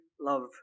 love